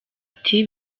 ati